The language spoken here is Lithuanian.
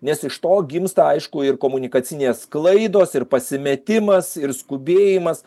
nes iš to gimsta aišku ir komunikacinės klaidos ir pasimetimas ir skubėjimas